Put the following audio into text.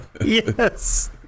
Yes